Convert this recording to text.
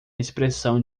expressão